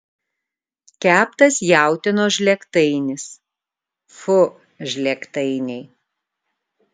keptas jautienos žlėgtainis fu žlėgtainiai